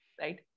right